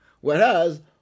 whereas